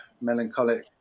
melancholic